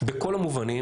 בכל המובנים,